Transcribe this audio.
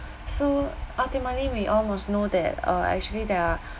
so ultimately we all must know that uh actually there are